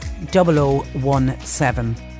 0017